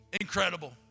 incredible